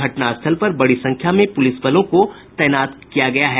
घटना स्थल पर बड़ी संख्या में पुलिस बलों को तैनात कर दिया गया है